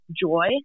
joy